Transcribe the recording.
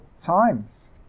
times